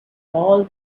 all